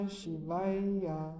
Shivaya